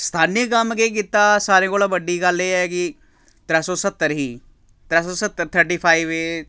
स्थानीय कम्म केह् कीता सारें कोला बड्डी गल्ल एह् ऐ कि त्रै सौ स्हत्तर ही त्रै सौ स्हत्तर थर्टी फाइव ए